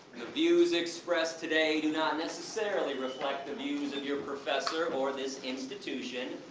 the views expressed today, do not necessarily reflect the views of your professor or this institution.